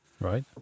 Right